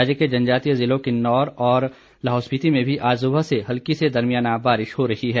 राज्य के जनजातीय जिलों किन्नौर और लाहौल स्पिति में भी आज सुबह से हल्की से दरमियाना बारिश हो रही है